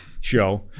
show